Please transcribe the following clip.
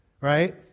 right